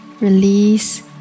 Release